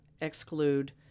exclude